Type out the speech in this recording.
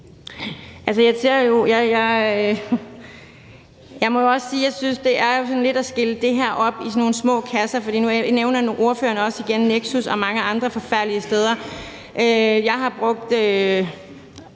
Jeg må jo også sige, at jeg synes, at det er at skille det her op i sådan nogle små kasser. For nu nævner ordføreren også Nexus igen og mange andre forfærdelige steder. Jeg har også